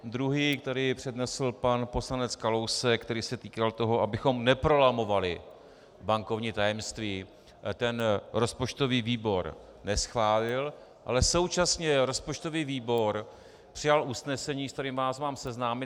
Druhý, který přednesl pan poslanec Kalousek, který se týkal toho, abychom neprolamovali bankovní tajemství, rozpočtový výbor neschválil, ale současně rozpočtový výbor přijal usnesení, se kterým vás mám seznámit.